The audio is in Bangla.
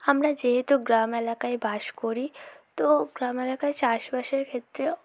আমরা যেহেতু গ্রাম এলাকায় বাস করি তো গ্রাম এলাকায় চাষবাসের ক্ষেত্রে